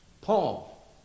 Paul